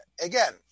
again